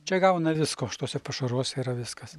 čia gauna visko šituose pašaruose yra viskas